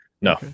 No